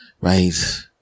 right